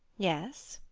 yes!